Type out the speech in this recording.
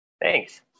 Thanks